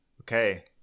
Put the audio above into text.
Okay